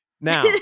Now